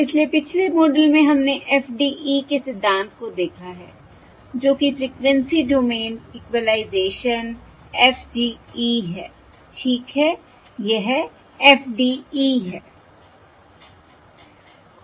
इसलिए पिछले मॉडल में हमने FDE के सिद्धांत को देखा है जो कि फ्रीक्वेंसी डोमेन इक्वलाइजेशन FDE है ठीक है यह FDE है